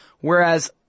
whereas